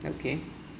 okay